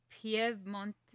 Piedmont